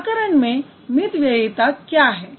व्याकरण में मितव्ययिता क्या है